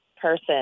person